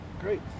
Great